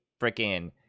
freaking